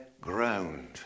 ground